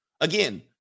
Again